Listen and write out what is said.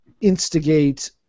instigate